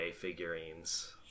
figurines